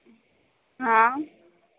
हाँ